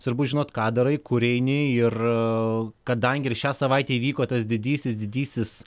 svarbu žinot ką darai kur eini ir kadangi ir šią savaitę įvyko tas didysis didysis